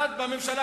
אחד בממשלה,